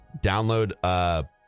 download